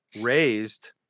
raised